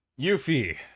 Yuffie